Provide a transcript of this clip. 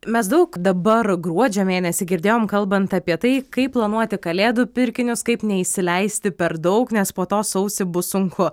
mes daug dabar gruodžio mėnesį girdėjom kalbant apie tai kaip planuoti kalėdų pirkinius kaip neišsileisti per daug nes po to sausį bus sunku